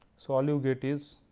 so um now. get is.